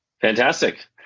Fantastic